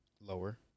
lower